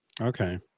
Okay